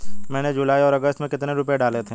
मैंने जुलाई और अगस्त में कितने रुपये डाले थे?